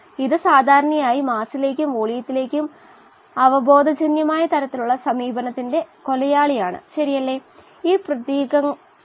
ഇപ്പോൾ സൂചിപ്പിച്ച DO യുടെ സ്ഥിരമായ മൂല്യം വ്യത്യസ്ത ശതമാനത്തിൽ ക്രമീകരിക്കാവുന്നതാണ് വായു സാച്ചുറേഷൻ ശതമാനം DO